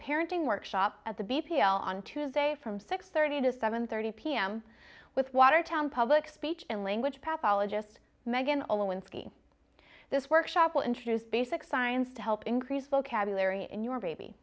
parenting workshop at the b t l on tuesday from six thirty to seven thirty pm with watertown public speech and language pap ologist meghan a lewinsky this workshop will introduce basic science to help increase vocabulary in your baby